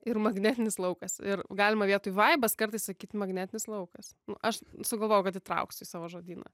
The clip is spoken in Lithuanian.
ir magnetinis laukas ir galima vietoj vaibas kartais sakyt magnetinis laukas aš sugalvojau kad įtrauksiu į savo žodyną